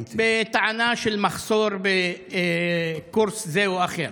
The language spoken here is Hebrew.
בטענה של מחסור בקורס זה או אחר.